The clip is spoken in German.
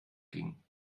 ging